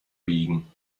biegen